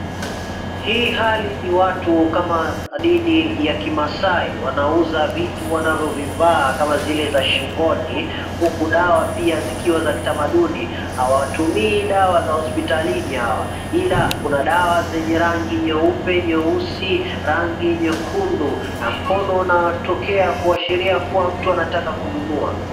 Hii Hali ni watu kama dini ya Kimaasai wanauza vitu wanavovivaa kama zile za shingoni huku dawa pia zikiwa za kitamaduni hawa watu hawatumii dawa za hosipitalini hawa ila Kuna dawa zenye rangi nyeupe, nyeusi, rangi nyekundu na mkono inatokea kuashiria Kuwa mtu anataka kununua.